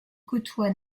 côtoie